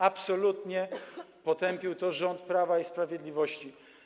Absolutnie potępił to rząd Prawa i Sprawiedliwości.